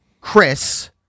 Chris